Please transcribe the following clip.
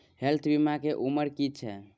Health बीमा के उमर की छै?